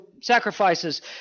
sacrifices